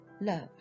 love